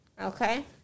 Okay